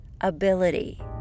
ability